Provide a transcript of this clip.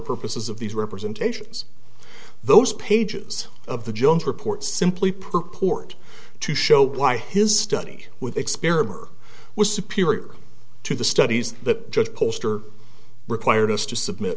purposes of these representations those pages of the jones report simply purport to show why his study with experiment was superior to the studies that just pollster required us to submit